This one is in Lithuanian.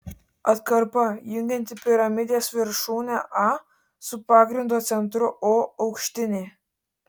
atkarpa jungianti piramidės viršūnę a su pagrindo centru o aukštinė